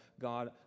God